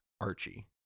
Archie